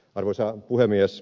arvoisa puhemies